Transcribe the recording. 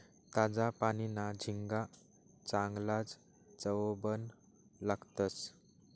ताजा पानीना झिंगा चांगलाज चवबन लागतंस